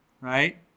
Right